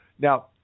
Now